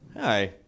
Hi